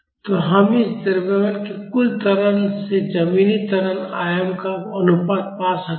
तो हम इस द्रव्यमान के कुल त्वरण से जमीनी त्वरण आयाम का अनुपात पा सकते हैं